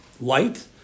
light